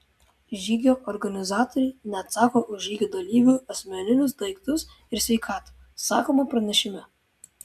žygio organizatoriai neatsako už žygio dalyvių asmeninius daiktus ir sveikatą sakoma pranešime